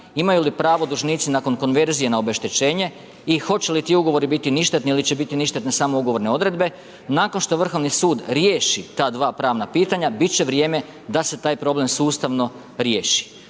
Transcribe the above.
imaju li pravo dužnici nakon konverzije na obeštećenje i hoće li ti ugovori biti ništetni ili će biti ništetne samo ugovorne odredbe, nakon što Vrhovni sud riješi ta dva pravna pitanja, bit će vrijeme da se taj problem sustavno riješi.